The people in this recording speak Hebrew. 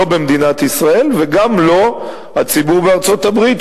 לא במדינת ישראל וגם לא הציבור בארצות-הברית,